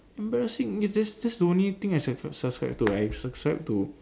embarrassing that's that's the only thing I sub~ subscribe to I subscribe to